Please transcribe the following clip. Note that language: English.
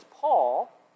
Paul